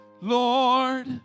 Lord